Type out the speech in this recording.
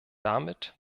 damit